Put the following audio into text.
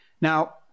Now